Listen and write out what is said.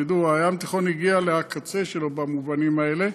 תדעו, הים התיכון הגיע לקצה שלו במובנים האלה,